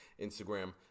Instagram